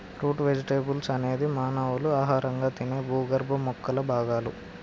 route vegetables అనేది మానవులు ఆహారంగా తినే భూగర్భ మొక్కల భాగాలు